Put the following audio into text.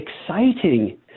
exciting